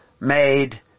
made